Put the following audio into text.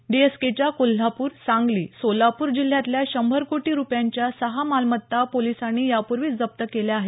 डीएसकेच्या कोल्हापूर सांगली सोलापूर जिल्ह्यातल्या शंभर कोटी रुपयांच्या सहा मालमत्ता पोलिसांनी यापूर्वीच जप्त केल्या आहेत